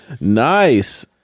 nice